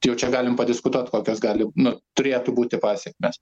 jau čia galim padiskutuot kokios gali nu turėtų būti pasekmės